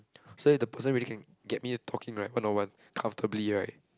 so if the person really can get me to talk him right one on one comfortably right